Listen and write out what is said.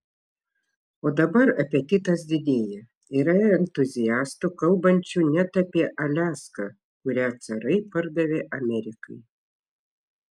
o dabar apetitas didėja yra entuziastų kalbančių net apie aliaską kurią carai pardavė amerikai